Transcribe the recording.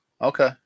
Okay